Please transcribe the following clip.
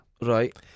Right